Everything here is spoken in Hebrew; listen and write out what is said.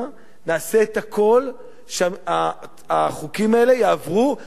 נעשה את הכול שהחוקים האלה יעברו עכשיו,